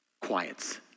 quiets